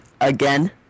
again